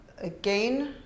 Again